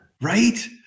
Right